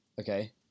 Okay